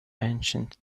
ancient